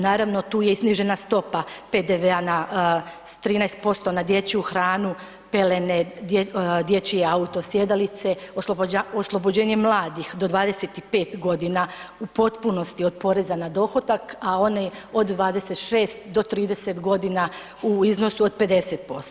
Naravno, tu je i snižena stopa PDV-a na, s 13% na dječju hranu, pelene, dječje auto sjedalice, oslobođenje mladih do 25.g. u potpunosti od poreza na dohodak, a one od 26. do 30.g. u iznosu od 50%